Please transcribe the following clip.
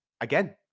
again